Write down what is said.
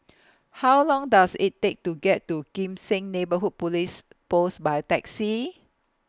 How Long Does IT Take to get to Kim Seng Neighbourhood Police Post By Taxi